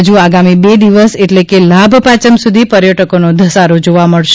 ફજુ આગામી બે દિવસ એટલે કે લાભ પાંચમ સુધી પર્યટકોનો ધસારો જોવા મળશે